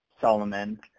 Solomon